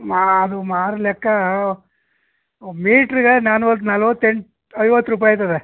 ಮಾ ಅದು ಮಾರು ಲೆಕ್ಕ ಮೀಟ್ರಿಗೆ ನಾನುತ್ ನಲ್ವತ್ತೆಂಟು ಐವತ್ತು ರೂಪಾಯಿ ಆಗ್ತದೆ